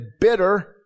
bitter